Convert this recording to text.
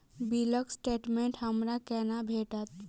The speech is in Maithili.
बिलक स्टेटमेंट हमरा केना भेटत?